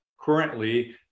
currently